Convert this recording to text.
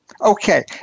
Okay